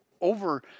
over